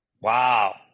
Wow